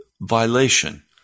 violation